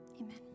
amen